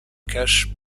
cache